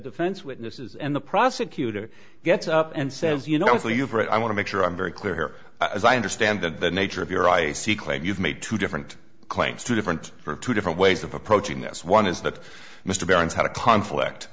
defense witnesses and the prosecutor gets up and says you know as leverage i want to make sure i'm very clear here as i understand that the nature of your i c claim you've made two different claims two different for two different ways of approaching this one is that mr barnes had a conflict